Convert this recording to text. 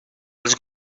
als